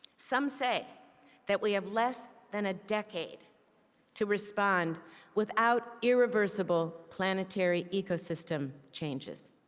some say that we have less than a decade to respond without irreversible planetary ecosystem changes.